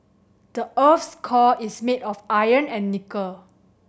the earth's core is made of iron and nickel